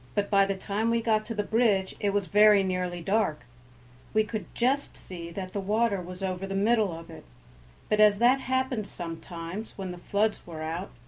but by the time we got to the bridge it was very nearly dark we could just see that the water was over the middle of it but as that happened sometimes when the floods were out,